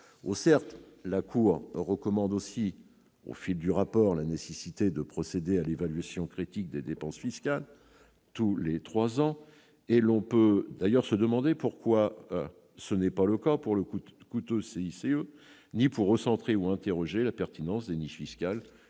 Certes, la Cour souligne aussi, au fil du rapport, la nécessité de procéder à l'évaluation critique des dépenses fiscales tous les trois ans. On peut d'ailleurs se demander pourquoi ce n'est pas le cas ni pour le coûteux CICE ni pour recentrer ou interroger la pertinence des « niches fiscales » qui minent